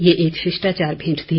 ये एक शिष्टाचार भेंट थी